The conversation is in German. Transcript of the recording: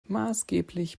maßgeblich